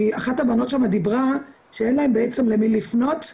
כי אחת הבנות שם דיברה שאין להם בעצם למי לפנות.